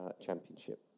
Championship